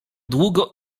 długo